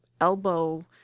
elbow